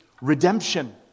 redemption